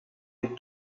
est